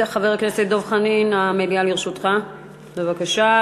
חבר הכנסת דב חנין, המליאה לרשותך, בבקשה.